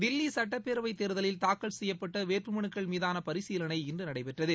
தில்லி சட்டப் பேரவைத் தேர்தலில் தாக்கல் செய்யப்பட்ட வேட்புமனுக்கள் மீதான பரிசீலனை இன்று நடைபெற்றது